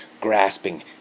grasping